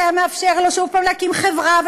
זה היה מאפשר לו שוב פעם להקים חברה חדשה,